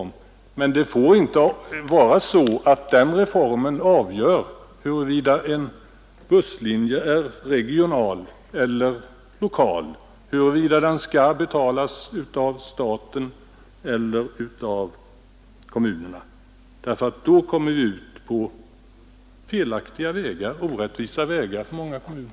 Men det får inte vara så att den reformen avgör huruvida en busslinje är regional eller lokal, huruvida den skall betalas av staten eller av kommunerna. Då kommer vi för många kommuner fram till felaktiga och orättvisa resultat.